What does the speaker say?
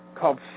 called